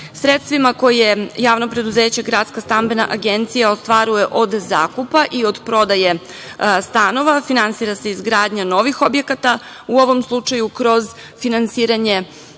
uslovima. Sredstvima koje javno preduzeće Gradska stambena agencija ostvaruje od zakupa i od prodaje stanova finansira se izgradnja novih objekata, u ovom slučaju kroz finansiranje